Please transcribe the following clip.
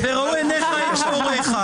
וראו עיניך את מוריך.